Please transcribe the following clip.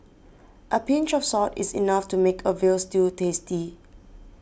a pinch of salt is enough to make a Veal Stew tasty